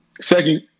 second –